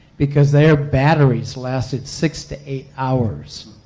because their batteries lasted six to eight hours.